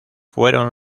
fueron